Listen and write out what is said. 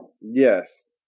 Yes